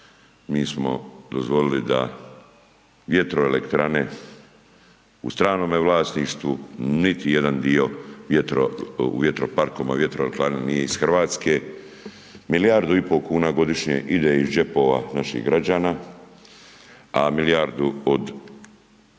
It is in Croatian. mi smo dozvolili da vjetroelektrane u stranome vlasništvu niti jedan dio u vjetroparkovima i vjetroelektrani nije iz RH, milijardu i po kuna godišnje ide iz džepova naših građana a milijardu od